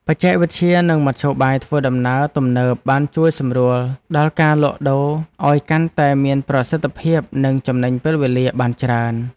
បច្ចេកវិទ្យានិងមធ្យោបាយធ្វើដំណើរទំនើបបានជួយសម្រួលដល់ការលក់ដូរឱ្យកាន់តែមានប្រសិទ្ធភាពនិងចំណេញពេលវេលាបានច្រើន។